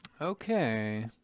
Okay